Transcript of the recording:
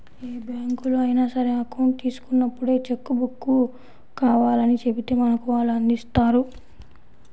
ఏ బ్యాంకులో అయినా సరే అకౌంట్ తీసుకున్నప్పుడే చెక్కు బుక్కు కావాలని చెబితే మనకు వాళ్ళు అందిస్తారు